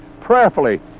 prayerfully